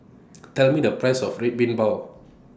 Tell Me The Price of Red Bean Bao